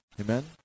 Amen